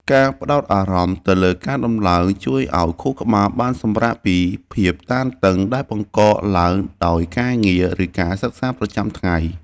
ការផ្ដោតអារម្មណ៍ទៅលើការដំឡើងជួយឱ្យខួរក្បាលបានសម្រាកពីភាពតានតឹងដែលបង្កឡើងដោយការងារ ឬការសិក្សាប្រចាំថ្ងៃ។